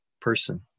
person